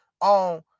on